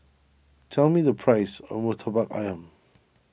tell me the price of Murtabak Ayam